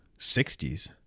60s